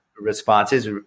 responses